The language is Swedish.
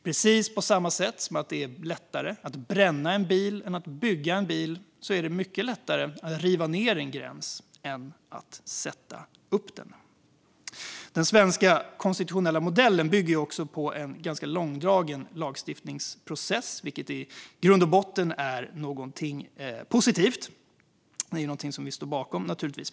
Precis på samma sätt som det är lättare att bränna en bil än att bygga en bil är det mycket lättare att riva ned en gräns än att sätta upp den. Den svenska konstitutionella modellen bygger på en ganska långdragen lagstiftningsprocess, vilket i grund och botten är någonting positivt. Det står vi sverigedemokrater naturligtvis bakom.